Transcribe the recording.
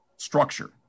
structure